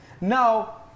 Now